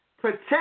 protect